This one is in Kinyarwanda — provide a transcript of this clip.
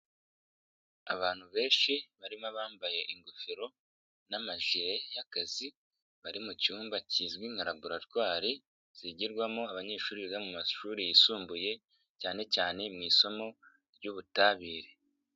Abantu benshi barimo abambaye ingofero n'amajire y'akazi, bari mu cyumba kizwi nka laburatware, zigirwamo abanyeshuri biga mu mashuri yisumbuye cyane cyane mu isomo ry'ubutabire.